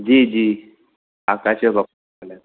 जी जी आकाश जो पापा थो ॻाल्हायां